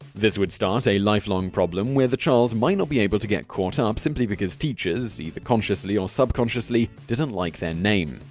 this would start a lifelong problem where the child might not be able to get caught up, simply because teachers, either consciously or subconsciously, didn't like their name.